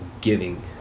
giving